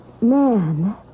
man